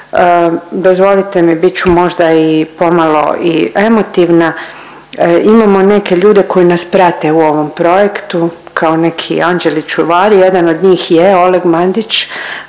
dozvolite mi bit ću možda pomalo i emotivna, imamo neke ljude koji nas prate u ovom projektu kao neki anđeli čuvari, jedan od njih je Oleg Mandić